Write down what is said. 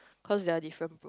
cause they are different